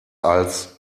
als